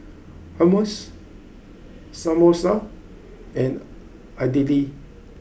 Hummus Samosa and Idili